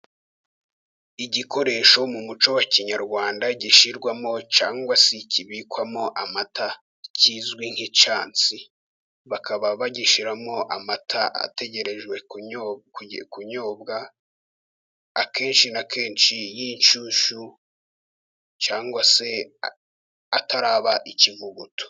Igikoresho mu muco kinyarwanda gishyirwamo cyangwa se kibikwamo amata kizwi nk'icyansi, bakaba bagishyiramo amata ategerejwe kunyobwa, akenshi na kenshi y'inshyushyu cyangwa se ataraba ikivuguto.